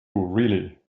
really